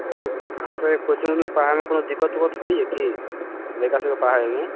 अहाँसबके कोचिङ्ग उचिङ्ग पढ़ाबैमे कोइ दिक्कत उक्कत होइएकि लइका सबके पढ़ाबैमे